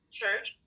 church